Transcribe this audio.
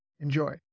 Enjoy